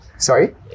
Sorry